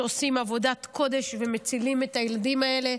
שעושים עבודת קודש ומצילים את הילדים האלה.